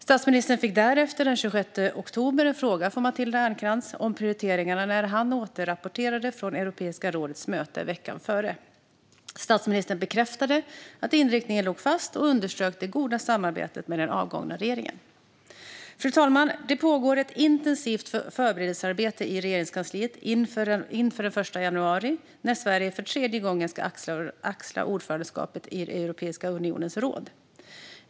Statsministern fick därefter den 26 oktober en fråga från Matilda Ernkrans om prioriteringarna när han återrapporterade från Europeiska rådets möte veckan före. Statsministern bekräftade att inriktningen låg fast och underströk det goda samarbetet med den avgångna regeringen. Fru talman! Det pågår ett intensivt förberedelsearbete i Regeringskansliet inför den 1 januari, när Sverige för tredje gången ska axla ordförandeskapet i Europeiska unionens råd.